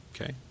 Okay